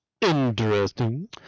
Interesting